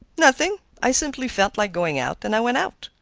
nothing. i simply felt like going out, and i went out.